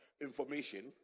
information